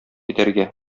итәргә